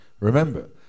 Remember